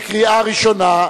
לקריאה ראשונה.